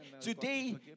Today